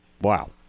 Wow